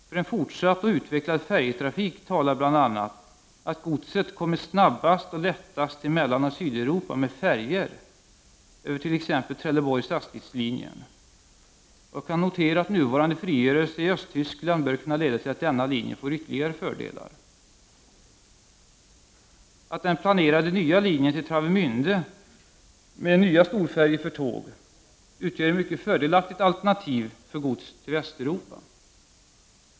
För en fortsatt och utvecklad färjetrafik talar bl.a: Att godset kommer snabbast och lättast till Mellanoch Sydeuropa med färjor över t.ex. Trelleborg-Sassnitz-linjen. Jag kan notera att nuvarande frigörelse i Östtyskland bör kunna leda till att denna linje får ytterligare fördelar. Att den planerade nya linjen till Travemände med nya storfärjor för tåg utgör ett mycket fördelaktigt alternativ för gods till Västeuropa.